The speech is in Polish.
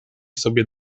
sobie